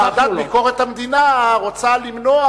והוועדה לביקורת המדינה רוצה למנוע